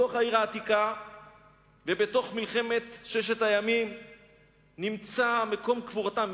בתוך העיר העתיקה ובתוך מלחמת ששת הימים נמצא מקום קבורתם,